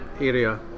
area